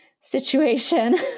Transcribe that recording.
situation